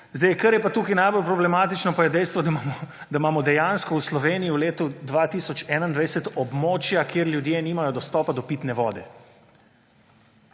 Kar je tukaj najbolj problematično, pa je dejstvo, da imamo dejansko v Sloveniji v letu 2021 območja, kjer ljudje nimajo dostopa do pitne vode.